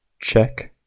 check